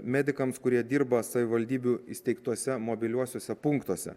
medikams kurie dirba savivaldybių įsteigtuose mobiliuosiuose punktuose